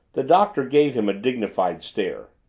the doctor gave him a dignified stare.